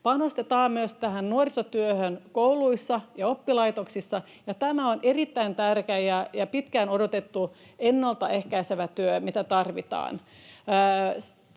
Panostetaan myös nuorisotyöhön kouluissa ja oppilaitoksissa, ja tämä on erittäin tärkeä ja pitkään odotettu ennalta ehkäisevä työ, mitä tarvitaan.